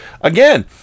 Again